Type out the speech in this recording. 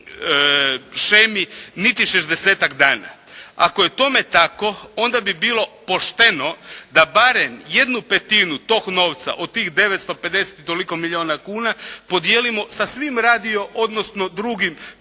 šemi niti 60-ak dana. Ako je tome tako onda bi bilo pošteno da barem 1/5 tog novca od tih 950 i toliko milijuna kuna podijelimo sa svim radio, odnosno drugim